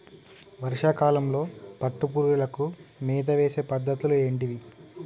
వర్షా కాలంలో పట్టు పురుగులకు మేత వేసే పద్ధతులు ఏంటివి?